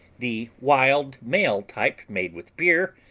the wild male type made with beer,